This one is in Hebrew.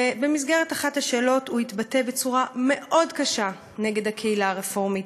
במסגרת אחת השאלות הוא התבטא בצורה מאוד קשה נגד הקהילה הרפורמית,